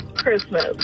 Christmas